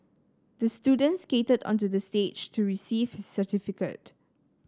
the student skated onto the stage to receive certificate